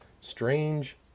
strange